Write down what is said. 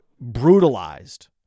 brutalized